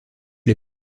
les